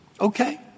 Okay